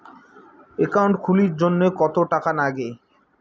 Account খুলির জন্যে কত টাকা নাগে?